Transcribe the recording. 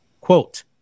quote